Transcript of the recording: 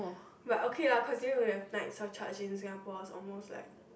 but okay lah considering we have night surcharge in Singapore it's almost like